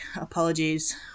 Apologies